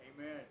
Amen